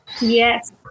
Yes